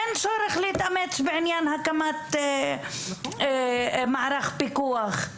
אין צורך להתאמץ בעניין הקמת מערך פיקוח,